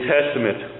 Testament